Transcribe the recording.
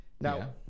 Now